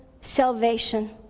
salvation